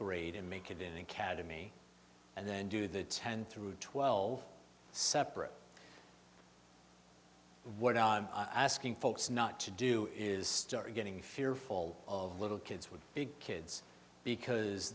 grade and make it in cademy and then do the ten through twelve separate what i'm asking folks not to do is start getting fearful of little kids with big kids because